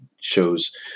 shows